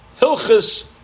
Hilchis